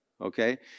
okay